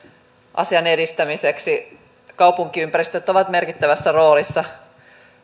asian edistämiseksi kaupunkiympäristöt ovat merkittävässä roolissa